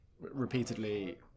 repeatedly